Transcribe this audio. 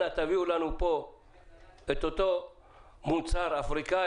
אנא תביאו לנו פה את אותו מוצר אפריקאי,